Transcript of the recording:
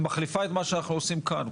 מחליפה את מה כל מה שאנחנו עושים כאן.